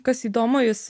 kas įdomu jis